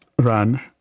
run